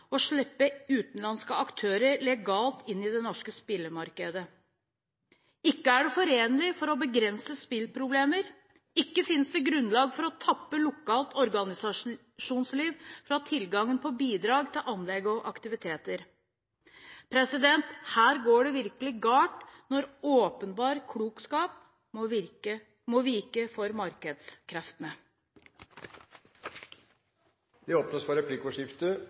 å slippe utenlandske aktører legalt inn i det norske spillemarked – ikke er det forenlig for å begrense spilleproblemer, og ikke finnes det grunner til å tappe lokalt organisasjonsliv fra tilgangen på bidrag til anlegg og aktiviteter. Her går det virkelig galt når åpenbar klokskap må vike for markedskreftene. Det blir replikkordskifte.